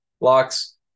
locks